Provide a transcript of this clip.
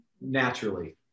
naturally